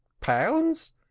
pounds